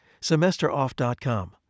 SemesterOff.com